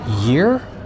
year